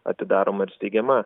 atidaroma ir steigiama